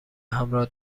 همراه